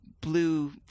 blue